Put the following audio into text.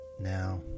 Now